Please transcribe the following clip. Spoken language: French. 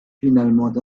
finalement